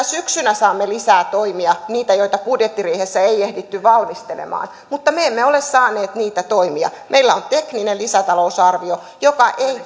syksynä saamme lisää toimia niitä joita budjettiriihessä ei ehditty valmistelemaan mutta me emme ole saaneet niitä toimia meillä on tekninen lisätalousarvio joka ei